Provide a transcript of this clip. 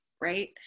Right